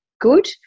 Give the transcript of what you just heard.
good